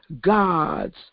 gods